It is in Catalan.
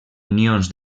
unions